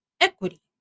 Equity